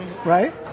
Right